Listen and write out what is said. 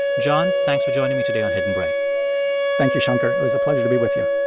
john, thanks for joining me today on hidden brain thank you, shankar. it was a pleasure to be with you